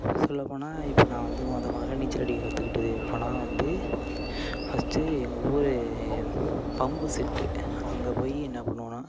சொல்லப் போனால் இப்போ நான் வந்து மொதல் மொதல்ல நீச்சல் அடிக்க கற்றுக்கிட்டது எப்போனா வந்து ஃபர்ஸ்ட்டு எங்கள் ஊரு பம்ப்பு செட்டு அங்கே போயி என்ன பண்ணுவோனால்